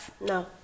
no